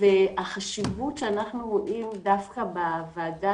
החשיבות שאנחנו רואים דווקא בוועדה